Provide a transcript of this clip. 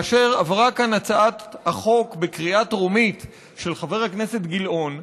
כאשר עברה כאן הצעת החוק בקריאה טרומית של חבר הכנסת גילאון,